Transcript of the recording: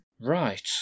Right